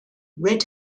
red